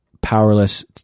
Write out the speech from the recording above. powerless